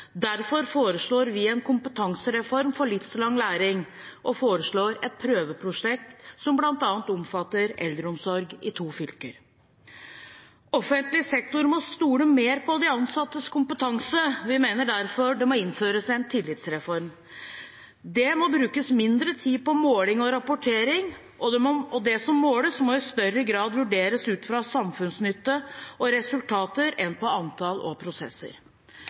Derfor foreslår vi en kompetansereform for livslang læring og et prøveprosjekt som bl.a. omfatter eldreomsorg i to fylker. Offentlig sektor må stole mer på de ansattes kompetanse. Vi mener derfor det må innføres en tillitsreform. Det må brukes mindre tid på måling og rapportering, og det som måles, må i større grad vurderes ut fra samfunnsnytte og resultater enn ut fra antall og prosesser.